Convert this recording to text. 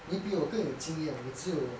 你比我更有经验我只有